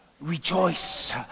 rejoice